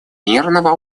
мирного